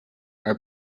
are